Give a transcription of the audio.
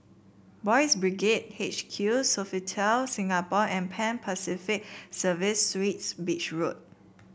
Boys' Brigade H Q Sofitel Singapore and Pan Pacific Service Suites Beach Road